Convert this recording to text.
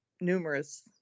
numerous